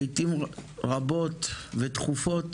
לעתים רבות ותכופות